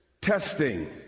testing